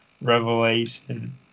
revelation